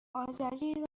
آذری